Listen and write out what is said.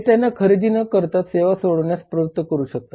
हे त्यांना खरेदी न करता सेवा सोडण्यास प्रवृत्त करू शकते